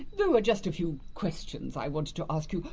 there were just a few questions i wanted to ask you.